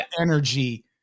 energy